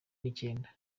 n’icyenda